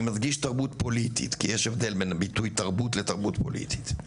אני מדגיש תרבות פוליטית כי יש הבדל בין הביטוי תרבות ותרבות פוליטית,